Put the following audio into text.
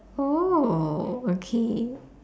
oh okay